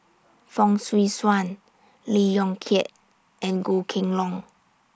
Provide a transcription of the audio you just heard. Fong Swee Suan Lee Yong Kiat and Goh Kheng Long